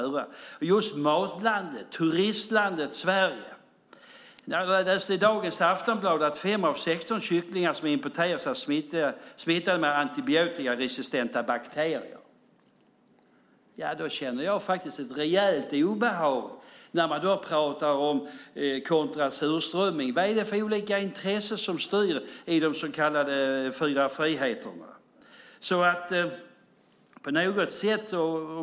Det handlar om just matlandet, turistlandet Sverige. Jag läste i dagens Aftonbladet att 5 av 16 kycklingar som importeras är smittade med antibiotikaresistenta bakterier. Jag känner faktiskt ett rejält obehag när man ställer det kontra surströmmingen. Vad är det för olika intressen som styr i de så kallade fyra friheterna?